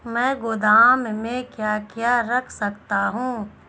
मैं गोदाम में क्या क्या रख सकता हूँ?